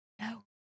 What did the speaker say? No